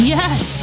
Yes